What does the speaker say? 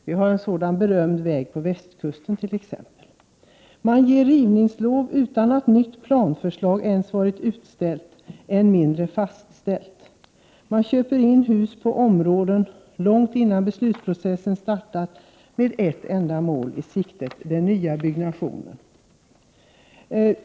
Vi har en sådan berömd väg på västkusten t.ex. Rivningslov ges utan att nytt planförslag ens varit utställt, än mindre fastställt. Hus köps in på områden långt innan beslutsprocessen startat, med ett enda mål i sikte — den nya byggnationen.